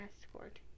escort